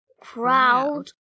crowd